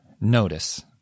notice